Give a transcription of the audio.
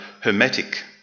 hermetic